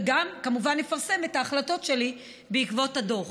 וגם כמובן נפרסם את ההחלטות שלי בעקבות הדוח.